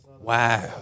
wow